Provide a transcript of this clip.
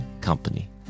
Company